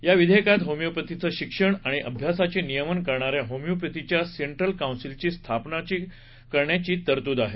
या विधेयकात होमिओपधींचं शिक्षण आणि अभ्यासाचे नियमन करणाऱ्या होमियोपधीची सेंट्रल कौन्सिलची स्थापनेची तरतूद आहे